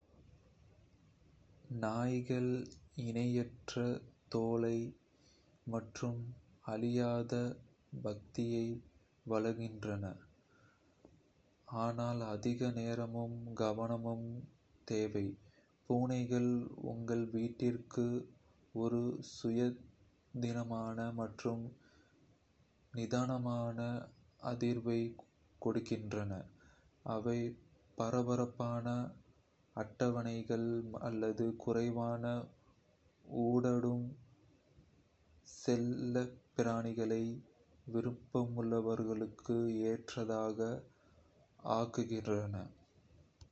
நாய்கள் இணையற்ற தோழமை மற்றும் அழியாத பக்தியை வழங்குகின்றன, ஆனால் அதிக நேரமும் கவனமும் தேவை. பூனைகள் உங்கள் வீட்டிற்கு ஒரு சுயாதீனமான மற்றும் நிதானமான அதிர்வைக் கொண்டுவருகின்றன, அவை பரபரப்பான அட்டவணைகள் அல்லது குறைவான ஊடாடும் செல்லப்பிராணிகளை விரும்புபவர்களுக்கு ஏற்றதாக ஆக்குகின்றன.